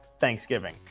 Thanksgiving